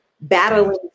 battling